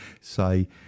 say